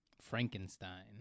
Frankenstein